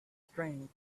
strength